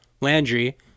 Landry